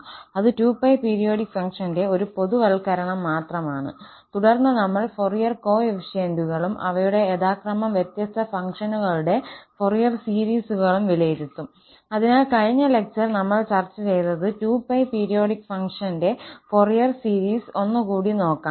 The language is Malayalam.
അത് 2π പീരിയോഡിക് ഫംഗ്ഷൻറ ഒരു പൊതു വൽക്കരണം മാത്രമാണ് തുടർന്ന് നമ്മൾ ഫൊറിയർ കോഎഫീഷ്യൻറുകളും അവയുടെ യഥാക്രമം വ്യത്യസ്ത ഫങ്ങ്ഷനുകളുടെ ഫൊറിയർ സീരീസുകളും വിലയിരുത്തും അതിനാൽ കഴിഞ്ഞ ലക്ചർ നമ്മൾ നമ്മൾ ചർച്ച ചെയ്ത് 2𝜋 periodic function Fourier series ഒന്നുകൂടി നോക്കാം